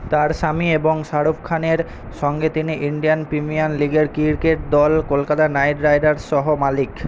তাঁর স্বামী এবং শাহরুখ খানের সঙ্গে তিনি ইন্ডিয়ান প্রিমিয়ার লিগের ক্রিকেট দল কলকাতা নাইট রাইডার্স সহ মালিক